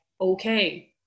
okay